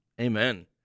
amen